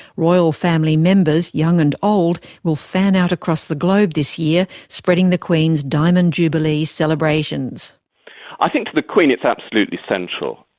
royal family members, young and old, will fan out across the globe this year, spreading the queen's diamond jubilee celebrations i think to the queen, it's absolutely essential.